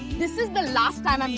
this is the last time and